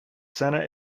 center